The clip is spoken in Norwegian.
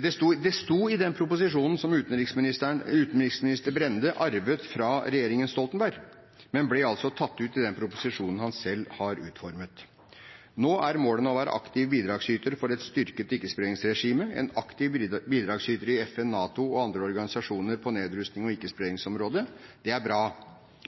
De sto der i den proposisjonen som utenriksminister Brende arvet fra regjeringen Stoltenberg, men ble altså tatt ut i den proposisjonen han selv har utformet. Nå er målene å være aktiv bidragsyter for et styrket ikke-spredningsregime og en aktiv bidragsyter i FN, NATO og andre organisasjoner på nedrustnings- og ikke-spredningsområdet. Det er bra.